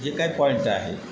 जे काही पॉईंट आहे